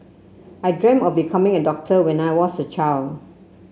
I dreamt of becoming a doctor when I was a child